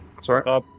Sorry